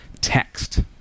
text